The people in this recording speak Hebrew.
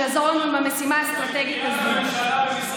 שיעזור לנו במשימה האסטרטגית הזאת.